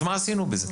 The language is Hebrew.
כי אז מה עשינו בזה?